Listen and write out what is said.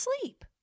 sleep